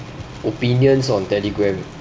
opinions on telegram